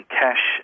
cash